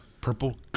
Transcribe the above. Purple